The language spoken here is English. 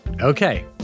Okay